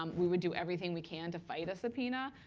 um we would do everything we can to fight a subpoena.